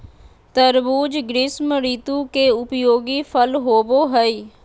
तरबूज़ ग्रीष्म ऋतु के उपयोगी फल होबो हइ